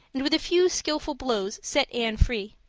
and with a few skillfull blows set anne free.